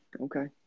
Okay